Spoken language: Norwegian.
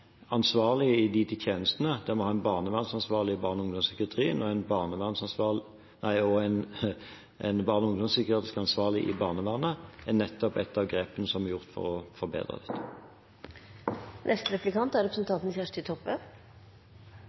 en barnevernsansvarlig i barne- og ungdomspsykiatrien og en barne- og ungdomspsykiatrisk ansvarlig i barnevernet, er nettopp et av grepene som er gjort for å forbedre dette.